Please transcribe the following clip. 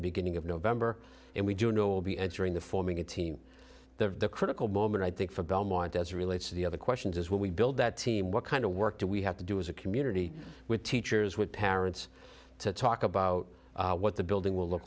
the beginning of november and we do know will be entering the forming a team the critical moment i think for belmont as relates to the other questions is will we build that team what kind of work do we have to do as a community with teachers with parents to talk about what the building will look